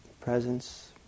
presence